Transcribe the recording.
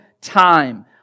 time